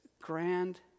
grand